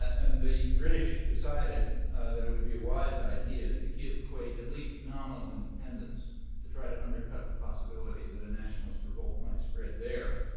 and the british decided that it would be a wise idea to give kuwait at least nominal independence to try to undercut the possibility that a nationalist revolt might spread there,